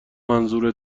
منظور